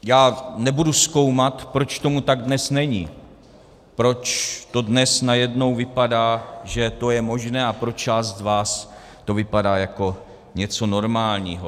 Já nebudu zkoumat, proč tomu tak dnes není, proč to dnes najednou vypadá, že to je možné, a pro část z vás to vypadá jako něco normálního.